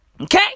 Okay